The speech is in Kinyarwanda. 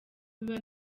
biba